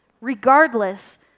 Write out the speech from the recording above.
Regardless